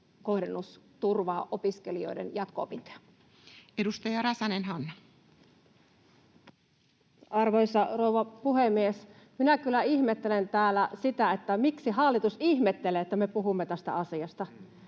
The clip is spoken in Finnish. on nyt vastauspuheenvuoro. Edustaja Räsänen, Hanna. Arvoisa rouva puhemies! Minä kyllä ihmettelen täällä sitä, miksi hallitus ihmettelee, että me puhumme tästä asiasta.